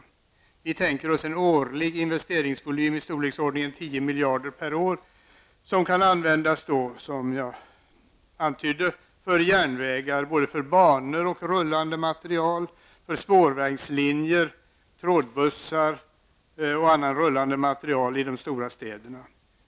Vi tänker oss en årlig investeringsvolym i storleksordningen 10 miljarder kronor per år. Den skulle användas, som jag antydde, för järnvägar, både banor och rullande materiel, spårvagnslinjer, trådbussar etc. i de stora städerna.